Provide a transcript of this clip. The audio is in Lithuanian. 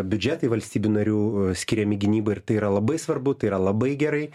biudžetai valstybių narių skiriami gynybai ir tai yra labai svarbu tai yra labai gerai